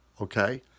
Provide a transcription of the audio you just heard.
okay